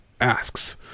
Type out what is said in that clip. asks